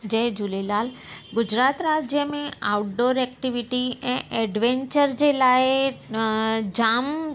जय झूलेलाल गुजरात राज्य में outdoor activity ऐं ऐडवैंचर जे लाइ अ जाम